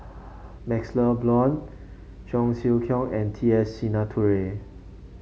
MaxLe Blond Cheong Siew Keong and T S Sinnathuray